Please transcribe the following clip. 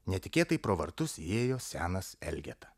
netikėtai pro vartus įėjo senas elgeta